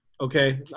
okay